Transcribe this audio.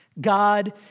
God